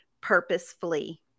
purposefully